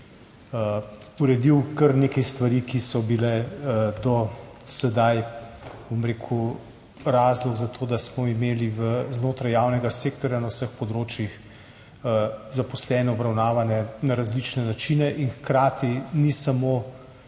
uredil kar nekaj stvari, ki so bile do sedaj, bom rekel, razlog za to, da smo imeli znotraj javnega sektorja na vseh področjih zaposlene obravnavane na različne načine, in hkrati ni samo